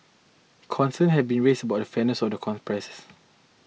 concerns have been raised about the fairness of the con process